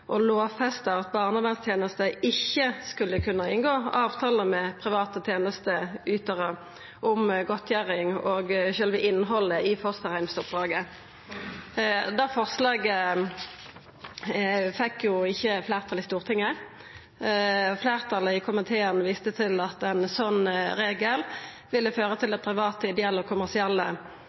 lovfesta at barnevernstenester ikkje skulle kunna inngå avtalar med private tenester om godtgjering og sjølve innhaldet i fosterheimsoppdraget. Det forslaget fekk ikkje fleirtal i Stortinget. Fleirtalet i komiteen viste til at ein slik regel ville føra til at private ideelle og kommersielle